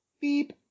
beep